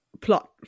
plot